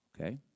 Okay